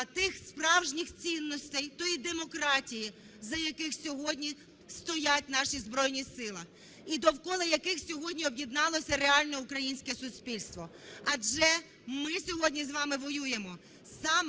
тих справжніх цінностей, тої демократії, за які сьогодні стоять наші Збройні Сили і довкола яких сьогодні об'єдналося реальне українське суспільство. Адже ми сьогодні з вами воюємо